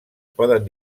poden